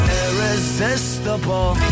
irresistible